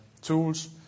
tools